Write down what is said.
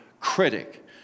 critic